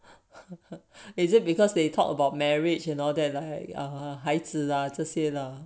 is it because they talked about marriage and all that like err 孩子啊这些 lah